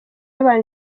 yabanje